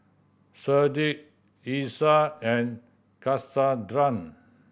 Sharde Isai and Cassondra